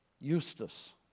Eustace